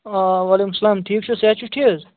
آ وعلیکُم سَلام ٹھیٖک چھُو صحت چھُو ٹھیٖک حظ